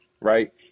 right